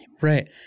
Right